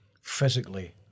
physically